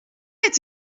est